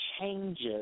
changes